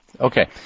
Okay